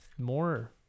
more